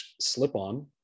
slip-on